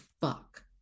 fuck